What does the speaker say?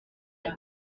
rye